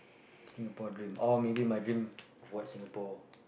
Singapore dream or maybe my dream of what Singapore